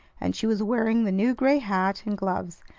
and she was wearing the new gray hat and gloves,